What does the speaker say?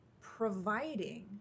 providing